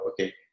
okay